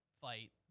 fight